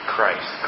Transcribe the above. Christ